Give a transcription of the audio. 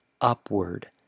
upward